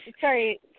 sorry